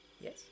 Yes